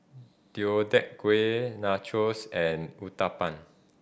Deodeok Gui Nachos and Uthapam